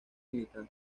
militar